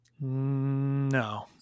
No